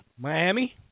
Miami